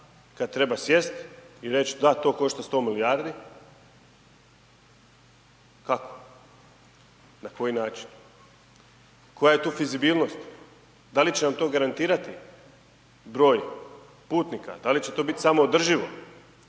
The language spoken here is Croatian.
kad treba sjesti i reć da to košta 100 milijardi, kako, na koji način, koja je tu fizibilnost. Da li će nam to garantirati broj putnika, da li će to biti samoodrživo